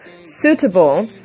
suitable